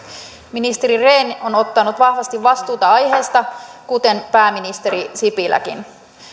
ministeri rehn on ottanut vahvasti vastuuta aiheesta kuten pääministeri sipiläkin